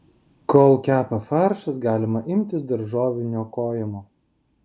kol kepa faršas galima imtis daržovių niokojimo